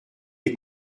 des